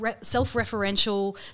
self-referential